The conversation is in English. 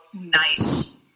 nice